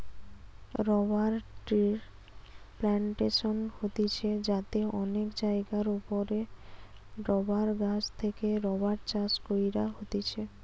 rubber ট্রির plantation হতিছে যাতে অনেক জায়গার ওপরে রাবার গাছ থেকে রাবার চাষ কইরা হতিছে